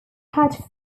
had